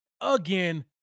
again